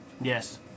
Yes